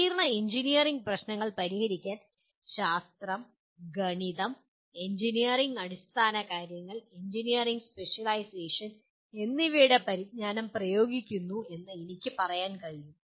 സങ്കീർണ്ണ എഞ്ചിനീയറിംഗ് പ്രശ്നങ്ങൾ പരിഹരിക്കാൻ ഗണിതം ശാസ്ത്രം എഞ്ചിനീയറിംഗ് അടിസ്ഥാനകാര്യങ്ങൾ എഞ്ചിനീയറിംഗ് സ്പെഷ്യലൈസേഷൻ എന്നിവയുടെ പരിജ്ഞാനം പ്രയോഗിക്കുന്നു എന്ന് എനിക്ക് പറയാൻ കഴിയും